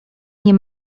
nie